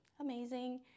amazing